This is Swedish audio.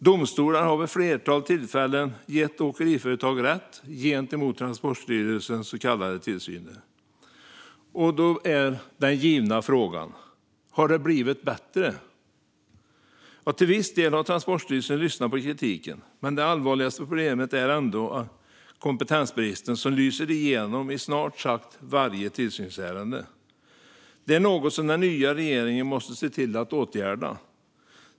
Domstolar har vid ett flertal tillfällen gett åkeriföretag rätt gentemot Transportstyrelsens så kallade tillsyner. Då är den givna frågan: Har det blivit bättre? Till viss del har Transportstyrelsen lyssnat på kritiken, men det allvarligaste problemet är ändå kompetensbristen, som lyser igenom i snart sagt varje tillsynsärende. Detta är något som den nya regeringen måste se till att åtgärda.